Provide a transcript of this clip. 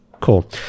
Cool